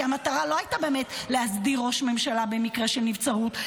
כי המטרה לא הייתה באמת להסדיר ראש ממשלה במקרה של נבצרות,